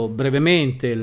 brevemente